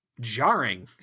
jarring